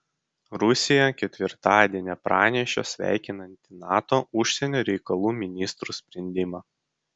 rusija ketvirtadienį pranešė sveikinanti nato užsienio reikalų ministrų sprendimą